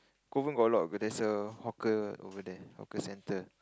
Kovan got a lot of there's a hawker over there hawker centre